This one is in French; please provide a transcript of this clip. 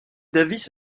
davis